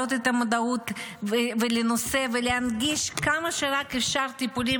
להעלות את המודעות לנושא ולהנגיש כמה שרק אפשר טיפולים